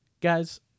Guys